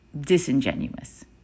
disingenuous